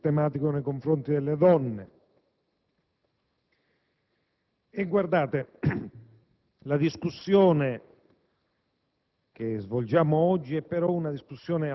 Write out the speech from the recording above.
sull'esercizio della violenza sistematica nei confronti delle donne. Ma la discussione